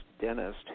dentist